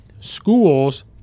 schools